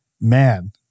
Man